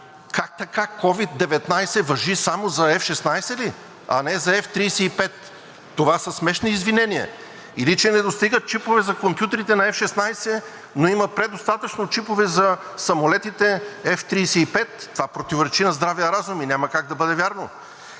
Как така, COVID-19 важи само за F-16 ли, а не за F-35? Това са смешни извинения. Или че не достигат чипове за компютрите на F-16, но има предостатъчно чипове за самолетите F-35? Това противоречи на здравия разум и няма как да бъде вярно.